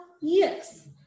Yes